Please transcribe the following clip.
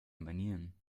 manieren